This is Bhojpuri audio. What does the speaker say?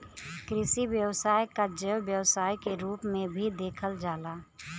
कृषि व्यवसाय क जैव व्यवसाय के रूप में भी देखल जाला